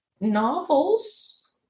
novels